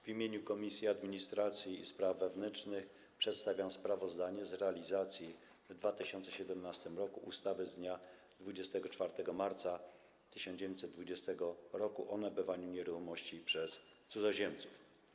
W imieniu Komisji Administracji i Spraw Wewnętrznych przedstawiam sprawozdanie z realizacji w 2017 r. ustawy z dnia 24 marca 1920 r. o nabywaniu nieruchomości przez cudzoziemców.